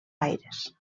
aires